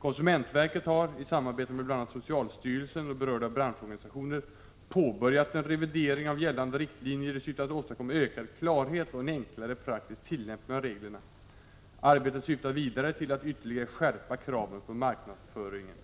Konsumentverket har i samarbete med bl.a. socialstyrelsen och berörda branschorganisationer påbörjat en revidering av gällande riktlinjer i syfte att åstadkomma ökad klarhet och en enklare praktisk tillämpning av reglerna. Arbetet syftar vidare till att ytterligare skärpa kraven på marknadsföringen.